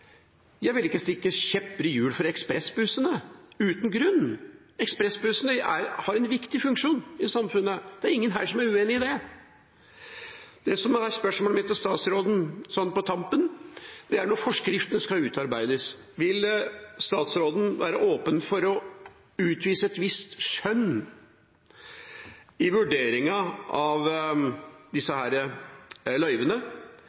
Jeg vil ikke stikke kjepper i hjulene for ekspressbussene uten grunn – ekspressbussene har en viktig funksjon i samfunnet. Det er ingen her som er uenig i det. Det som er spørsmålet mitt til statsråden sånn på tampen, er: Når forskriftene skal utarbeides, vil statsråden være åpen for å utvise et visst skjønn i vurderingen av disse løyvene,